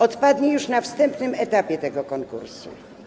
Odpadnie już na wstępnym etapie tego konkursu.